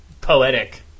poetic